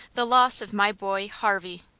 the loss of my boy, harvey.